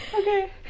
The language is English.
Okay